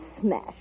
smash